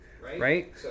right